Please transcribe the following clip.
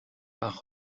par